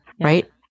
Right